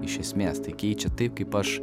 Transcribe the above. iš esmės tai keičia taip kaip aš